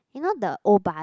you know the old bus